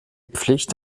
pflicht